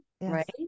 right